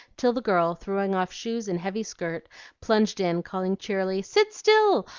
till the girl, throwing off shoes and heavy skirt plunged in, calling cheerily, sit still!